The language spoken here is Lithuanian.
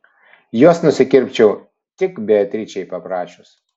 juos nusikirpčiau tik beatričei paprašius